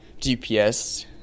GPS